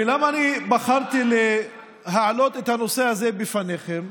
ולמה אני בחרתי להעלות את הנושא הזה בפניכם?